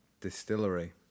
Distillery